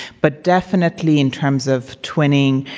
but definitely in terms of twinning,